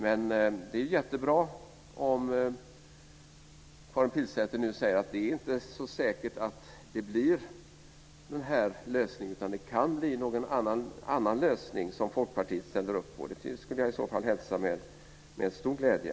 Men det är ju jättebra om Karin Pilsäter nu säger att det inte är så säkert att det blir den här lösningen, utan att det kan bli någon annan lösning som Folkpartiet ställer upp på. Det skulle jag i så fall hälsa med stor glädje.